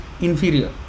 inferior